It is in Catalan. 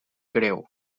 greu